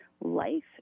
life